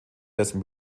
dessen